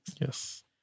Yes